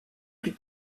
plus